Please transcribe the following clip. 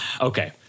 Okay